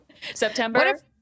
september